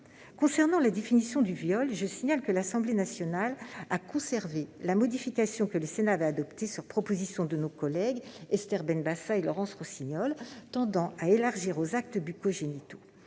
Concernant la définition du viol, je signale que l'Assemblée nationale a conservé la mesure que le Sénat avait adoptée, sur l'initiative de nos collègues Esther Benbassa et Laurence Rossignol, qui tend à l'élargir aux actes bucco-génitaux.